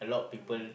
yeah